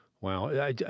Wow